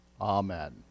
Amen